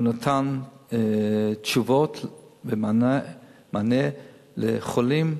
הוא נתן תשובות ומענה לחולים,